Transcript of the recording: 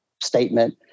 statement